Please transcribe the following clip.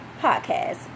podcast